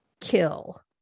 kill